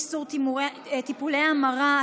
איסור טיפולי המרה),